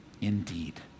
indeed